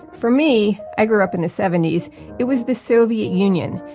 for me i grew up in the seventy s it was the soviet union,